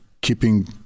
keeping